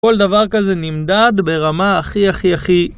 כל דבר כזה נמדד ברמה הכי הכי הכי